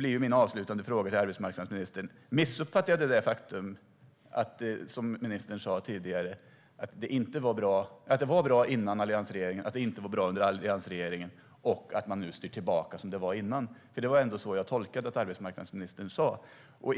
Min avslutande fråga till arbetsmarknadsministern blir: Missuppfattade jag det faktum att ministern tidigare sa att det var bra före alliansregeringen, att det inte var bra under alliansregeringen och att man nu styr tillbaka som det var innan? Det var ändå så jag tolkade det arbetsmarknadsministern sa.